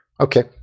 Okay